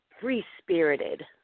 free-spirited